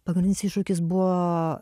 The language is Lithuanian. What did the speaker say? pagrindinis iššūkis buvo